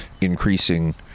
increasing